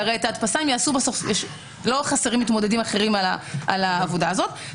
הרי לא חסרים מתמודדים על העבודה הזאת.